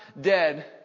dead